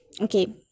okay